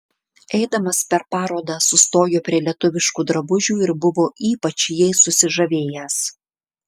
eidamas per parodą sustojo prie lietuviškų drabužių ir buvo ypač jais susižavėjęs